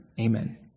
Amen